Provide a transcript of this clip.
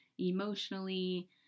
emotionally